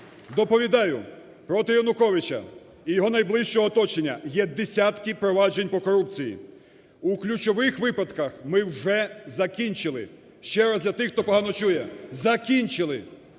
Доповідаю: проти Януковича і його найбільшого оточення є десятки проваджень по корупції. У ключових випадках ми вже закінчили – ще раз для тих, хто погано чує, – закінчили